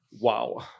wow